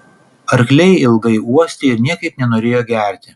arkliai ilgai uostė ir niekaip nenorėjo gerti